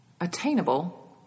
attainable